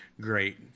great